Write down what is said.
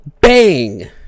bang